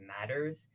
matters